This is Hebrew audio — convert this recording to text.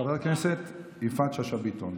חברת הכנסת יפעת שאשא ביטון.